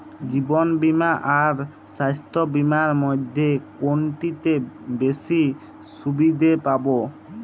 জীবন বীমা আর স্বাস্থ্য বীমার মধ্যে কোনটিতে বেশী সুবিধে পাব?